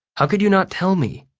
how could you not tell me?